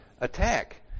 attack